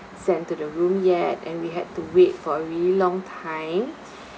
sent to the room yet and we had to wait for a really long time